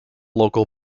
local